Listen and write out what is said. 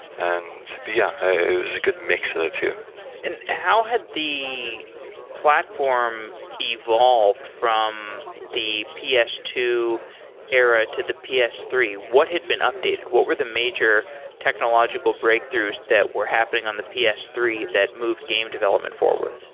and ah it was a good mix of the two and how had the platform evolved from the p s two era to the p s three? what had been updated? what were the major technological breakthroughs that were happening on the p s three that moved game development forward?